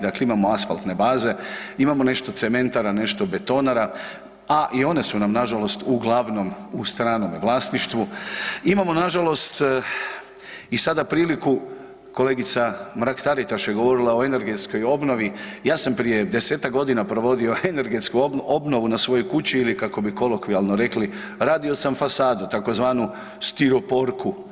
Dakle imamo asfaltne baze, imamo nešto cementara, nešto betonara a i one su nam na žalost uglavnom u stranome vlasništvu, imamo na žalost i sada priliku kolegica Mrak Taritaš je govorila o energetskoj obnovi, ja sam prije 10-tak godina provodio energetsku obnovu na svojoj kući ili kako bi kolokvijalno rekli radio sam fasadu tzv. stiroporku.